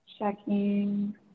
Checking